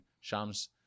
Shams